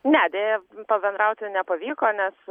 ne deja pabendrauti nepavyko nes